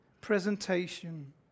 presentation